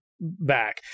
back